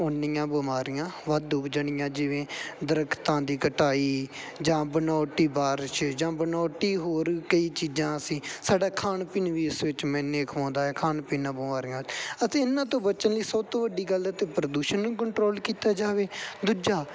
ਉੱਨੀਆਂ ਬਿਮਾਰੀਆਂ ਵੱਧ ਹੋ ਜਾਣੀਆਂ ਜਿਵੇਂ ਦਰੱਖਤਾਂ ਦੀ ਕਟਾਈ ਜਾਂ ਬਨੌਟੀ ਬਾਰਿਸ਼ ਜਾਂ ਬਨੌਟੀ ਹੋਰ ਕਈ ਚੀਜ਼ਾਂ ਅਸੀਂ ਸਾਡਾ ਖਾਣ ਪੀਣ ਵੀ ਇਸ ਵਿੱਚ ਮਾਇਨੇ ਅਖਵਾਉਂਦਾ ਏ ਖਾਣ ਪੀਣ ਨਾਲ ਬਿਮਾਰੀਆਂ ਅਤੇ ਇਹਨਾਂ ਤੋਂ ਬਚਣ ਲਈ ਸਭ ਤੋਂ ਵੱਡੀ ਗੱਲ ਏ ਤਾਂ ਪ੍ਰਦੂਸ਼ਣ ਨੂੰ ਕੰਟਰੋਲ ਕੀਤਾ ਜਾਵੇ ਦੂਜਾ